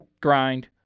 grind